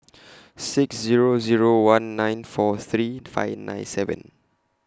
six Zero Zero one nine four three five nine seven